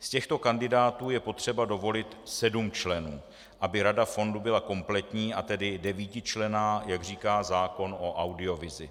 Z těchto kandidátů je potřeba dovolit sedm členů, aby rada fondu byla kompletní, a tedy devítičlenná, jak říká zákon o audiovizi.